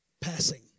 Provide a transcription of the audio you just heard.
passing